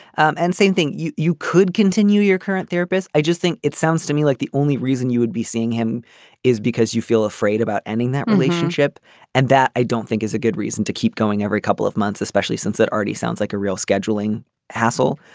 um and same thing. you you could continue your current therapist. i just think it sounds to me like the only reason you would be seeing him is because you feel afraid about ending that relationship and that i don't think is a good reason to keep going every couple of months especially since that already sounds like a real scheduling hassle.